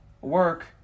work